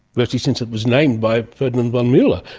virtually since it was named by ferdinand von mueller.